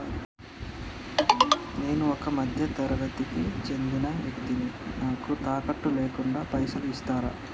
నేను ఒక మధ్య తరగతి కి చెందిన వ్యక్తిని నాకు తాకట్టు లేకుండా పైసలు ఇస్తరా?